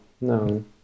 no